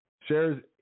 Shares